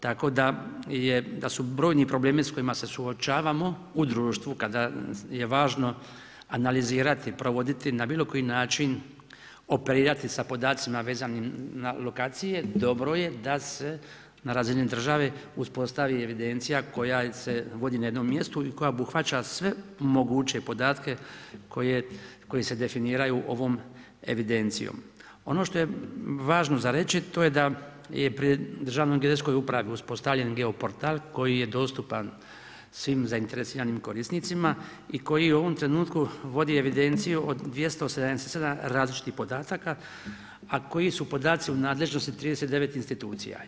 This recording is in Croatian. Tako da su brojni problemi s kojima se suočavamo u društvu kada je važno analizirati, provoditi na bilo koji način operirati sa podacima vezanim na lokacije dobro je da se na razini države uspostavi evidencija koja se vodi na jednom mjestu i koja obuhvaća sve moguće podatke koji se definiraju ovom evidencijom Ono što je važno za reći to je da je pri Državnoj geodetskoj upravi uspostavljen geoportal koji je dostupan svim zainteresiranim korisnicima i koji u ovom trenutku vodi evidenciju o 277 različitih podataka, a koji su podaci u nadležnosti 39 institucija.